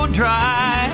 dry